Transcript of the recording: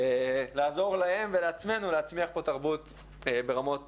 לעזור להם ולעצמנו להצמיח פה תרבות ברמות